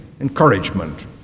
encouragement